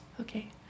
okay